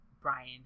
Brian